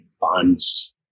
bonds